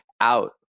out